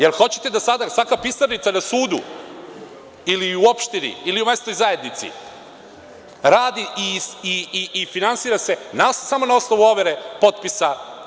Da li hoćete da svaka pisarnica u sudu ili u opštini ili u mesnoj zajednici radi i finansira se samo na osnovu overe potpisa?